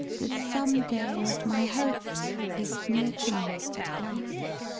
the some day of my hopes is near to me at last